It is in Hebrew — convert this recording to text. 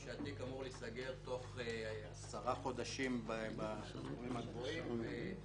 שהתיק אמור להיסגר תוך 10 חודשים בסכומים הגבוהים,